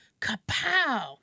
Kapow